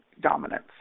dominance